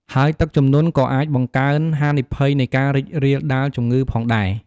ហើយទឹកជំនន់ក៏អាចបង្កើនហានិភ័យនៃការរីករាលដាលជំងឺផងដែរ។